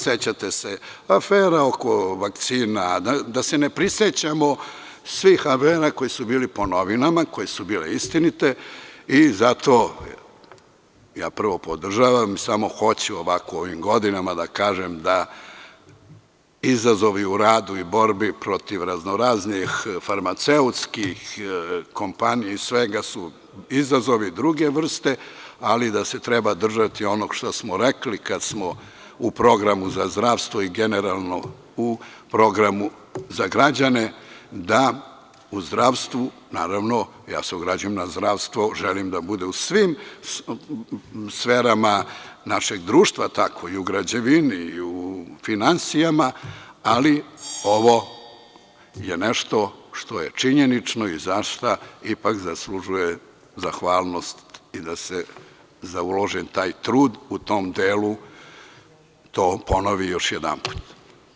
Sećate se afera oko vakcina, da se ne prisećamo svih afera koje su bile po novinama, koje su bile istinite i zato ja prvo podržavam i samo hoću ovako u ovim godinama da kažem da izazovi u radu i borbi protiv razno raznih farmaceutskih kompanija i svega su izazovi druge vrste, ali da se treba držati onog šta smo rekli kad smo u programu za zdravstvo i generalno u programu za građane, da u zdravstvu, naravno ja se ograđujem na zdravstvo, želim da budem u svim sferama našeg društva tako i u građevini i u finansijama, ali ovo je nešto što je činjenično i za šta ipak zaslužuje zahvalnost i da se za uložen taj trud u tom delu to ponovi još jednom.